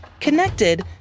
connected